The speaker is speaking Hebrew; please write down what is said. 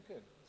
כן, כן.